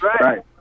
Right